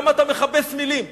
למה אתה מכבס מלים?